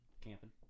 Camping